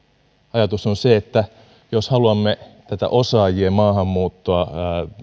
ajatus on se että jos haluamme tätä osaajien maahanmuuttoa